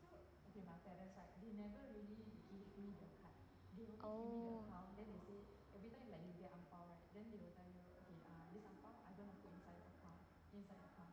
oh